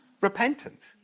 repentance